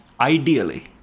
ideally